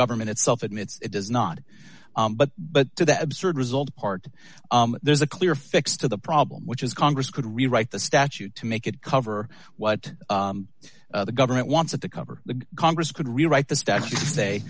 government itself admits it does not but but to the absurd result part there's a clear fix to the problem which is congress could rewrite the statute to make it cover what the government wants it to cover the congress could rewrite the statute